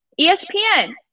ESPN